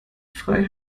frei